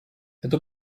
это